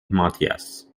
mathias